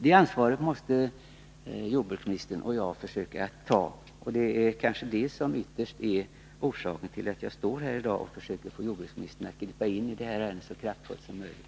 Det ansvaret måste jordbruksministern och jag försöka ta, och det är kanske det som ytterst är orsaken till att jag står här i dag och försöker få jordbruksministern att gripa in i det här ärendet så kraftfullt som möjligt.